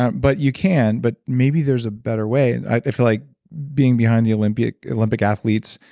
ah but you can, but maybe there's a better way i feel like being behind the olympic olympic athletes,